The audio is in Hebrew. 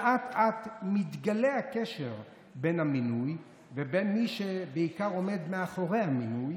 שאט-אט מתגלה הקשר בין המינוי לבין מי שבעיקר עומד מאחורי המינוי,